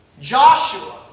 Joshua